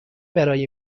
برای